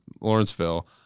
Lawrenceville